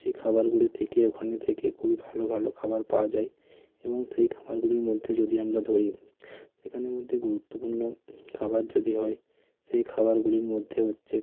সেই খাবারগুলো থেকে ওখানে থেকে খুবই ভালো ভালো খাবার পাওয়া যায় এবং সেই খাবারগুলির মধ্যে যদি আমরা ধরি সেখানের মধ্যে গুরুত্বপূর্ণ খাবার যদি হয় সেই খাবারগুলির মধ্যে হচ্ছে